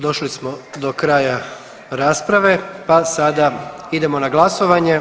Došli smo do kraja rasprave, pa sada idemo na glasovanje.